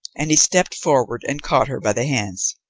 and he stepped forward and caught her by the hands.